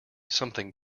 something